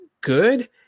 good